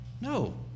no